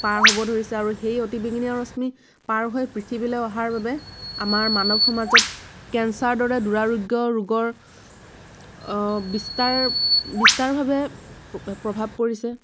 পাৰ হ'ব ধৰিছে আৰু সেই অতি বেঙুনীয়া ৰশ্মি পাৰ হৈ পৃথিৱীলৈ অহাৰ বাবে আমাৰ মানৱ সমাজত কেঞ্চাৰ দৰে দুৰাৰোগ্য ৰোগৰ বিস্তাৰ বিস্তাৰভাৱে প্ৰভাৱ পৰিছে